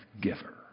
giver